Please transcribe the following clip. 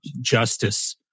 justice